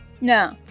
No